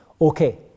Okay